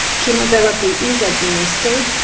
chemotherapy is administered,